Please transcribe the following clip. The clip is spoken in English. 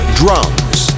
drums